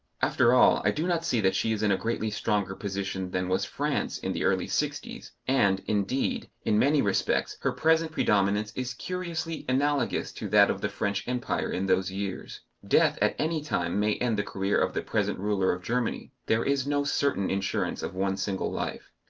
after all, i do not see that she is in a greatly stronger position than was france in the early sixties, and, indeed, in many respects her present predominance is curiously analogous to that of the french empire in those years. death at any time may end the career of the present ruler of germany there is no certain insurance of one single life.